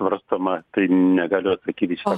svarstoma tai negaliu atsakyt į šitą